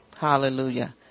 Hallelujah